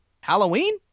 Halloween